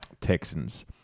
Texans